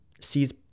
sees